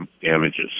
damages